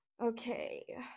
Okay